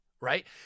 right